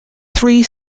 three